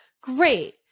Great